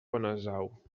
benasau